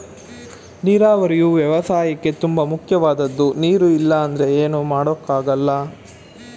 ನೀರಾವರಿಯು ವ್ಯವಸಾಯಕ್ಕೇ ತುಂಬ ಮುಖ್ಯವಾದದ್ದು ನೀರು ಇಲ್ಲ ಅಂದ್ರೆ ಏನು ಮಾಡೋಕ್ ಆಗಲ್ಲ